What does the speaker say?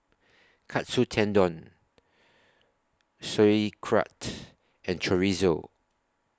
Katsu Tendon Sauerkraut and Chorizo